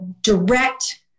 direct